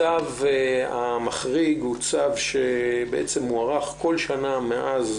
הצו המחריג הוא צו שמוארך בכל שנה מאז